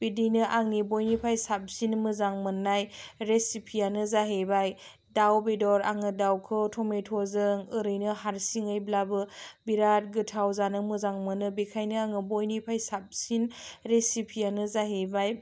बिदिनो आंनि बयनिफाय साबसिन मोजां मोन्नाय रेसिपियानो जाहैबाय दाउ बेदर आङो दाउखौ टमेट'जों ओरैनो हारसिङैब्लाबो बेराद गोथाव जानो मोजां मोनो बेखायनो आङो बयनिफाय साबसिन रेसिपियानो जाहैबाय